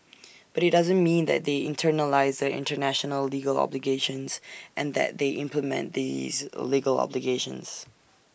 but IT doesn't mean that they internalise the International legal obligations and that they implement these legal obligations